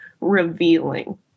revealing